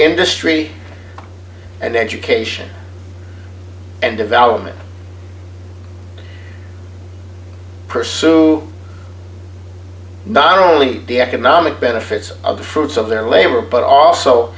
industry and education and development pursue not only the economic benefits of the fruits of their labor but also